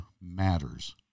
matters